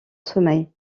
sommeil